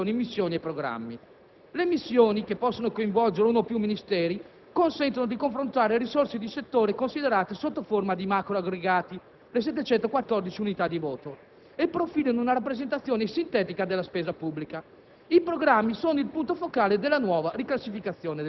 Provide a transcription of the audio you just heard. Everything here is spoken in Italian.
le funzioni informativa, allocativa ed esecutiva sono rese più chiare dalla nuova classificazione in missioni e programmi. Le missioni, che possono coinvolgere uno o più Ministeri, consentono di confrontare risorse di settore considerate sotto forma di macroaggregati (le 714 unità di voto)